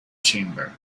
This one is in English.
chamber